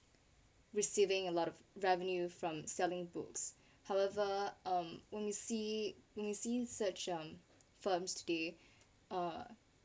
receiving a lot of revenue from selling books however um when we see when we see search um films today uh